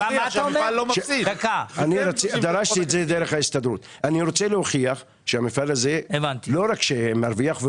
כי אני רוצה להוכיח שהמפעל הזה מרוויח.